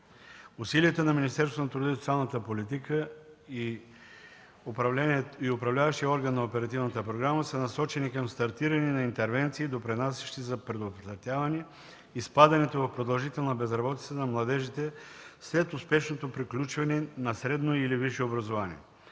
Усилията на Министерството на труда и социалната политика и управляващия орган на оперативната програма са насочени към стартиране на интервенции, допринасящи за предотвратяване изпадането в продължителна безработица на младежите след успешното приключване на средно или висше образование.